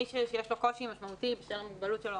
מישהו שיש לו קושי משמעותי לעטות מסכה בשל המוגבלות שלו,